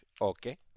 Okay